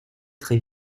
très